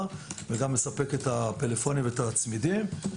וגם מספק את הטלפונים ואת הצמידים.